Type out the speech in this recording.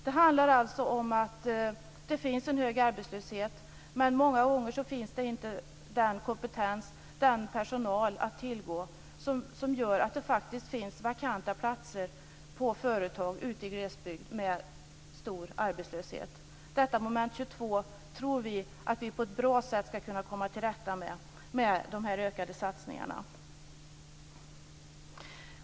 Det handlar alltså om att det finns en hög arbetslöshet, men många gånger finns inte kompetens och personal att tillgå, vilket gör att det faktiskt finns vakanta platser på företag ute i glesbygd med stor arbetslöshet. Detta moment 22 tror vi att vi på ett bra sätt ska kunna komma till rätta med genom de här ökade satsningarna.